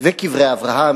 וקברי אברהם,